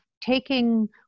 taking